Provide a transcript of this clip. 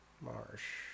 marsh